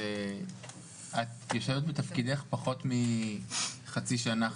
שאת יושבת בתפקידך פחות חצי שנה,